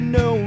no